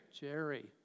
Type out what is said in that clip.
Jerry